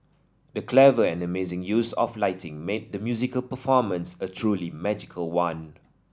the clever and amazing use of lighting made the musical performance a truly magical one